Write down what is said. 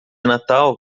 natal